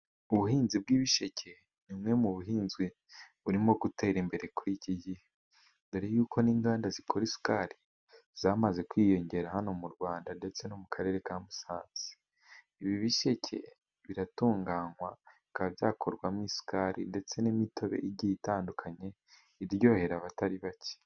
Ubuhinzi bw'ibisheke ni bumwe mu buhinzi burimo gutera imbere kuri iki gihe, dore y'uko n'inganda zikora isukari zamaze kwiyongera hano mu Rwanda ndetse no mu karere ka Musanze. Ibi bisheke biratunganywa bikaba byakorwamo isukari ,ndetse n'imitobe igiye itandukanye iryohera abatari bake.